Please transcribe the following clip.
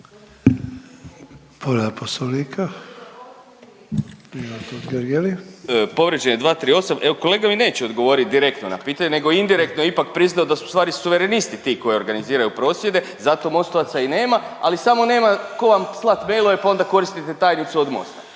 Povrijeđen je 238. Evo kolega mi neće odgovorit direktno na pitanje nego indirektno ipak priznao da su u stvari Suverenisti ti koji organiziraju prosvjede, zato mostovaca i nema, ali samo nema tko vam slat mailove pa onda koristite tajnicu od Mosta.